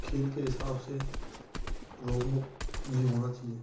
खेल के हिसाब से रोगमुक्त भी होना चहिए